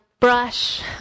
brush